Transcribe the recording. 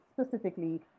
specifically